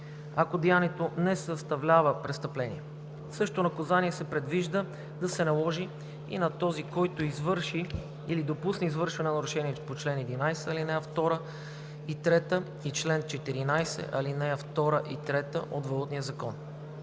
ако деянието не съставлява престъпление. Същото наказание се предвижда да се наложи и на този, който извърши или допусне извършване на нарушение по чл. 11, ал. 2 и 3 и чл. 14, ал. 2 и 3 от Валутния закон.